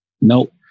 Nope